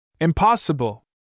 Impossible